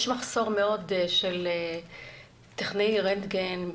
יש מחסור של טכנאי רנטגן,